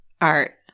art